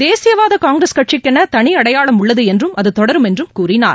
தேசியவாத காங்கிரஸ் கட்சிக்கென தனி அடையாளம் உள்ளது என்றும் அது தொடரும் என்றும் கூறினார்